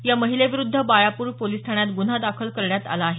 या महिलेविरुद्ध बाळापूर पोलीस ठाण्यात गुन्हा दाखल करण्यात आला आहे